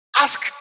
ask